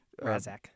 Razak